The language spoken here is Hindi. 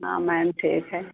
हाँ मैम ठीक है